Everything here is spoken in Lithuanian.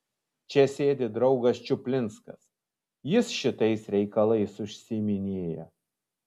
čia sėdi draugas čuplinskas jis šitais reikalais užsiiminėja